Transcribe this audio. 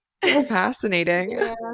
Fascinating